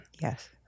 Yes